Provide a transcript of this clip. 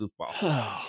goofball